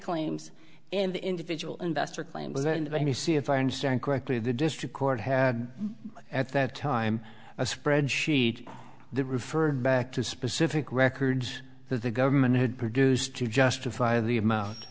claims and the individual investor claims and then you see if i understand correctly the district court had at that time a spreadsheet the referred back to specific records that the government had produced to justify the amou